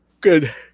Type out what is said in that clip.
Good